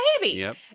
baby